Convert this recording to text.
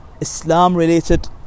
Islam-related